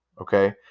okay